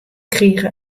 krige